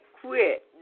quit